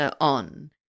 on